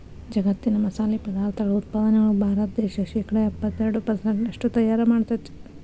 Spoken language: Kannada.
ಜಗ್ಗತ್ತಿನ ಮಸಾಲಿ ಪದಾರ್ಥಗಳ ಉತ್ಪಾದನೆಯೊಳಗ ಭಾರತ ದೇಶ ಶೇಕಡಾ ಎಪ್ಪತ್ತೆರಡು ಪೆರ್ಸೆಂಟ್ನಷ್ಟು ತಯಾರ್ ಮಾಡ್ತೆತಿ